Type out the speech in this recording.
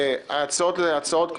ההצעות,